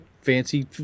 fancy